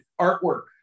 artwork